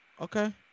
Okay